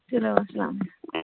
چلو اَلسلام علیکُم